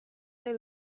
they